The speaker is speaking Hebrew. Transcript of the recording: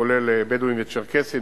כולל בדואים וצ'רקסים,